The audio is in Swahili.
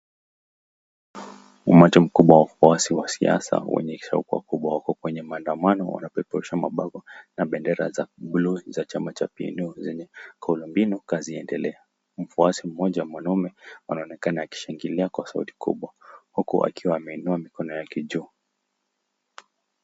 Umati mkubwa wa wafuasi wa siasa wenye shauku kubwa wako kwenye maandamano; wanapeperusha mabango na bendera za buluu za chama cha PNU zenye kauli mbiu 'Kazi Iendelee.' Mfuasi mmoja mwanaume anaonekana akishangilia kwa sauti kubwa huku akiwa ameinua mikono yake juu.